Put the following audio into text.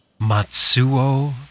Matsuo